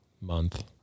month